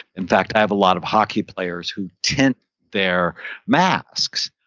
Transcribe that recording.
in fact, i have a lot of hockey players who tint their masks,